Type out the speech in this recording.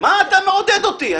מה אתה מעודד אותי?